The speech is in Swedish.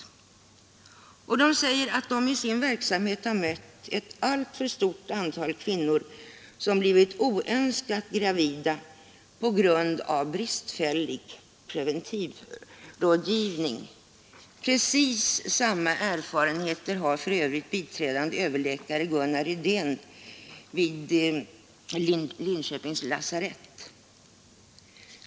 Dessa rådgivare säger att de i sin verksamhet har mött ett alltför stort antal kvinnor som blivit oönskat gravida på grund av bristfällig preventivrådgivning. Precis samma erfarenheter har för övrigt biträdande överläkaren Gunnar Rydén vid regionsjukhuset i Linköping.